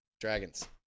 Dragons